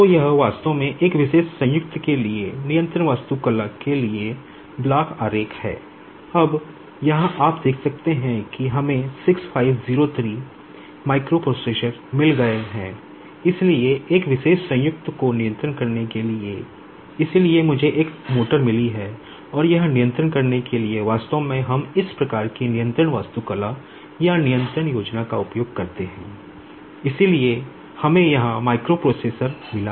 तो यह वास्तव में एक विशेष संयुक्त के लिए नियंत्रण वास्तुकला